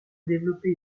développé